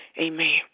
Amen